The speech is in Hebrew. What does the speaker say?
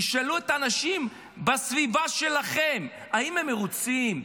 תשאלו את האנשים בסביבה שלכם אם הם מרוצים,